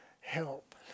help